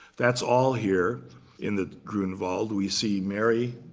that's all here in the grunewald. we see mary,